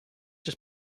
just